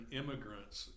immigrants